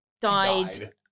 died